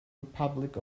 republic